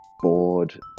bored